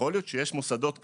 יכול להיות שיש מוסדות קצה.